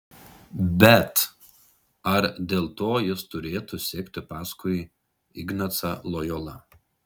bet ar dėl to jis turėtų sekti paskui ignacą lojolą